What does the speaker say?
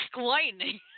Lightning